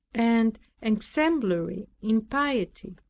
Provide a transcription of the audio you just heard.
and exemplary in piety.